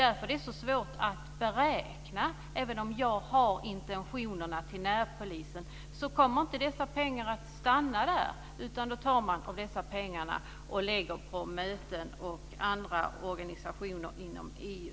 Därför är det så svårt att beräkna. Även om jag har intentionen att de ska gå till närpolisen, kommer inte pengarna att stanna där, utan man tar av dem till möten och annat inom EU.